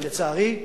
ולצערי,